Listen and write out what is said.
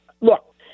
look